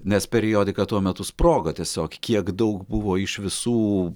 nes periodika tuo metu sprogo tiesiog kiek daug buvo iš visų